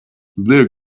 little